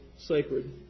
sacred